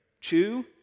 chew